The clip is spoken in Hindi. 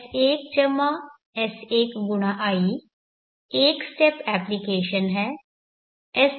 अब S2 S1S1×i 1 स्टेप एप्लिकेशन है